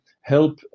help